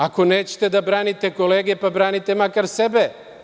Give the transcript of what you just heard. Ako nećete da branite kolege, pa branite makar sebe.